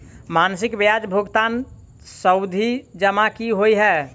मासिक ब्याज भुगतान सावधि जमा की होइ है?